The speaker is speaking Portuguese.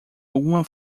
alguma